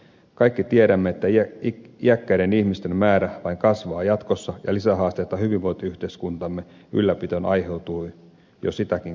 kaikki tiedämme että iäkkäiden ihmisten määrä vain kasvaa jatkossa ja lisähaasteita hyvinvointiyhteiskuntamme ylläpitoon aiheutuu jo sitäkin kautta